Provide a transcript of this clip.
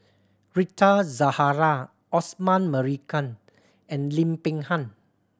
Rita Zahara Osman Merican and Lim Peng Han